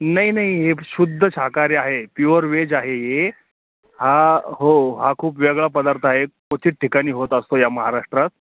नाही नाही हे शुद्ध शाकाहारी आहे प्युअर व्हेज आहे हे हा हो हा खूप वेगळा पदार्थ आहे क्वचित ठिकाणी होत असतो या महाराष्ट्रात